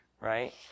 right